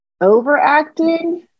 overacting